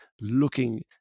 looking